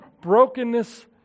brokenness